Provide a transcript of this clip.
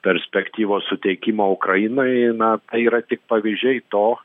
perspektyvos suteikimą ukrainai na tai yra tik pavyzdžiai to